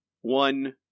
one